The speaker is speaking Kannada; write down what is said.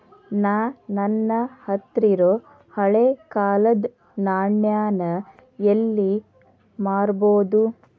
ನಾ ನನ್ನ ಹತ್ರಿರೊ ಹಳೆ ಕಾಲದ್ ನಾಣ್ಯ ನ ಎಲ್ಲಿ ಮಾರ್ಬೊದು?